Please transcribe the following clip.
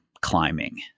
climbing